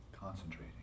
Concentrating